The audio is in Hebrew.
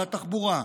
והתחבורה,